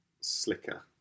slicker